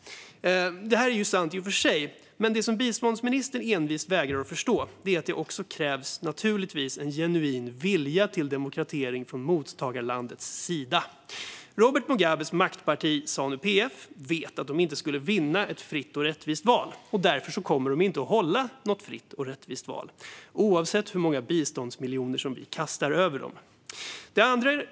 Detta är i och för sig sant, men det som biståndsministern envist vägrar att förstå är att det naturligtvis också krävs en genuin vilja till demokratisering från mottagarlandets sida. Robert Mugabes maktparti Zanu-PF vet att de inte skulle vinna ett fritt och rättvist val, och därför kommer de inte att hålla något fritt och rättvist val oavsett hur många biståndsmiljoner vi kastar över dem.